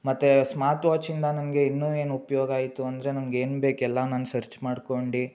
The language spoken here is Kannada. ಮತ್ತು ಸ್ಮಾರ್ಟ್ ವಾಚಿಂದ ನನಗೆ ಇನ್ನೂ ಏನು ಉಪಯೋಗಾಯ್ತು ಅಂದರೆ ನನ್ಗೆ ಏನು ಬೇಕೋ ಎಲ್ಲ ನಾನು ಸರ್ಚ್ ಮಾಡ್ಕೊಂಡು